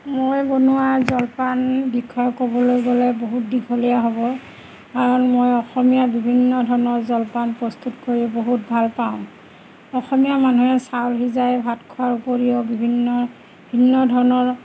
মই বনোৱা জলপান বিষয়ে ক'বলৈ গ'লে বহুত দীঘলীয়া হ'ব কাৰণ মই অসমীয়া বিভিন্ন ধৰণৰ জলপান প্ৰস্তুত কৰি বহুত ভাল পাওঁ অসমীয়া মানুহে চাউল সিজাই ভাত খোৱাৰ উপৰিও বিভিন্ন ভিন্ন ধৰণৰ